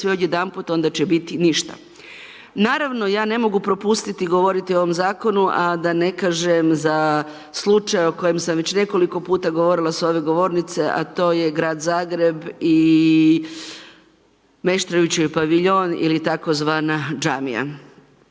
sve odjedanput, onda će biti ništa. Naravno ja ne mogu propustiti govoriti o ovom zakonu a da ne kažem za slučaj o kojem sam već nekoliko puta govorila sa ove govornice a to je grad Zagreb i Meštrovićev paviljon ili tzv. džamija.